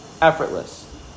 effortless